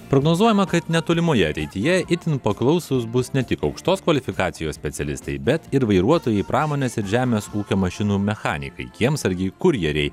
prognozuojama kad netolimoje ateityje itin paklausūs bus ne tik aukštos kvalifikacijos specialistai bet ir vairuotojai pramonės ir žemės ūkio mašinų mechanikai kiemsargiai kurjeriai